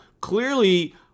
Clearly